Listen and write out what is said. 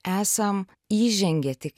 esam įžengę tik